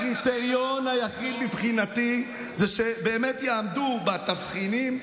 הקריטריון היחיד מבחינתי הוא שבאמת יעמדו בתבחינים,